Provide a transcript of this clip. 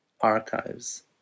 archives